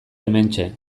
hementxe